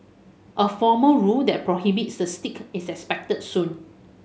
a formal rule that prohibits the stick is expected soon